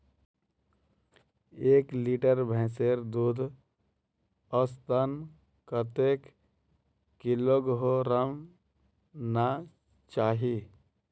एक लीटर भैंसेर दूध औसतन कतेक किलोग्होराम ना चही?